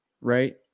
right